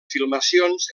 filmacions